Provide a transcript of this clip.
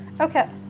Okay